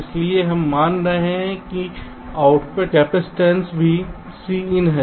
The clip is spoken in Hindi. इसलिए हम मान रहे हैं कि आउटपुट कैपइसटेंस भी Cin है